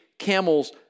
Camels